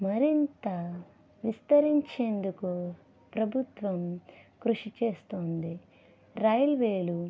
మరింత విస్తరించేందుకు ప్రభుత్వం కృషి చేస్తోంది రైల్వేలు